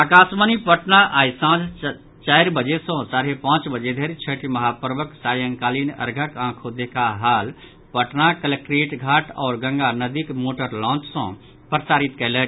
आकाशवाणी पटना आइ सांझ चारि बजे सँ साढ़े पांच बजे धरि छठि महापर्वक सायंकालिन अर्ध्यक आँखो देखा हाल पटनाक कलेक्टेरियट घाट आओर गंगा नदिक मोटर लांच सँ प्रसारित कयलक